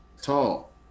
tall